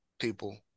people